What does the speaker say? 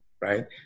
right